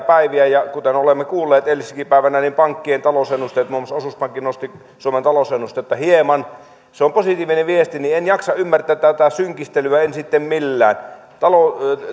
päiviä ja kuten olemme kuulleet edellisenäkin päivänä pankkien talousennusteet ovat nousseet muun muassa osuuspankki nosti suomen talousennustetta hieman se on positiivinen viesti joten en jaksa ymmärtää tätä synkistelyä en sitten millään